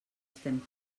estem